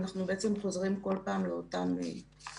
אנחנו בעצם חוזרים כל פעם לאותם גופים.